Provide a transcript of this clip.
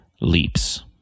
leaps